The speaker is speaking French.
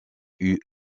eut